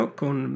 con